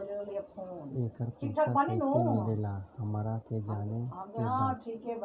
येकर पैसा कैसे मिलेला हमरा के जाने के बा?